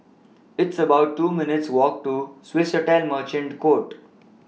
It's about two minutes' Walk to Swissotel Merchant Court